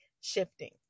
shifting